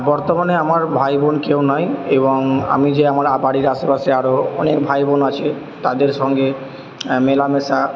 বর্তমানে আমার ভাই বোন কেউ নাই এবং আমি যে আমরা বাড়ির আশেপাশে আরও অনেক ভাইবোন আছে তাদের সঙ্গে মেলামেশা